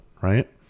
right